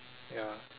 ya